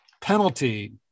penalty